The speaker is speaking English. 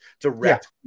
direct